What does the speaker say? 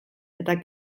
eta